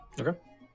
okay